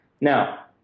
Now